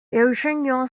eugenio